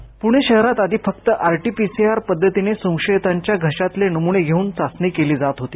पूणे शहरात आधी फक्त आरटीपीसीआर पध्दतीने संशयितांच्या घशातले नमुने घेऊन चाचणी केली जात होती